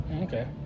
Okay